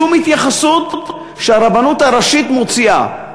לשום התייחסות שהרבנות הראשית מוציאה.